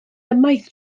ymaith